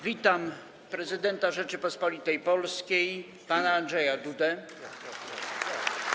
Witam prezydenta Rzeczypospolitej Polskiej pana Andrzeja Dudę.